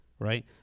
right